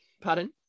pardon